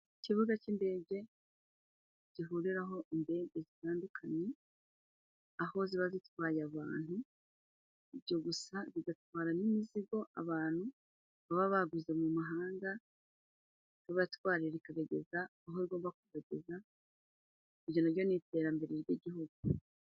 Ikibuga cy'indege gihuriraho indege zitandukanye, aho ziba zitwaye abantu, ibyo gusa bigatwara n'imizigo abantu baba baguze mu mahanga, ikabibatwarira ikabageza aho igomba kubageza, iryo. na ryo ni iterambere ry'igihugu.